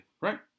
Right